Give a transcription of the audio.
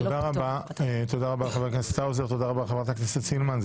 תודה רבה לחבר הכנסת האוזר ותודה רבה לחברת הכנסת סילמן.